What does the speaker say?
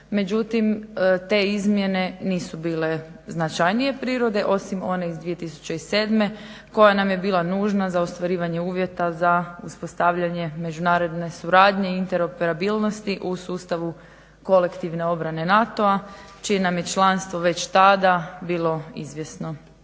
Međutim, te izmjene nisu bile značajnije prirode osim one iz 2007. koja nam je bila nužna za ostvarivanje uvjeta za uspostavljanje međunarodne suradnje i interoperabilnosti u sustavu kolektivne obrane NATO-a čije nam je članstvo već tada bilo izvjesno.